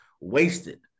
wasted